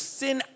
sin